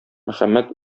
мөхәммәд